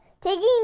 taking